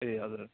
ए हजुर